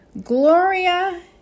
Gloria